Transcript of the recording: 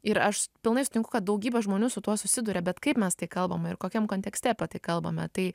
ir aš pilnai sutinku kad daugybė žmonių su tuo susiduria bet kaip mes tai kalbam ir kokiam kontekste apie tai kalbame tai